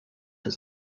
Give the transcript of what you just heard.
has